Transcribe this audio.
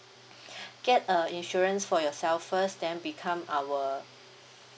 get a insurance for yourself first then become our